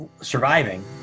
surviving